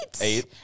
Eight